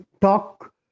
talk